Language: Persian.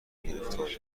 گرفتار